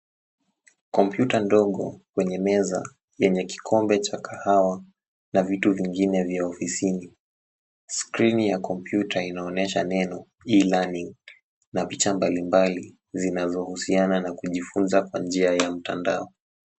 Kompyuta ndogo kwenye meza yenye kikombe cha kahawa na vitu vingine vya ofisni. Skrini ya kompyuta inaonyesha neno cs[e-learning]cs na picha mbalimbali zinazohusiana na kujifunza kwa njia ya mtandao.